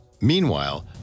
Meanwhile